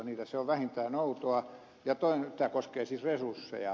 se on vähintään outoa tämä koskee siis resursseja